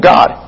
God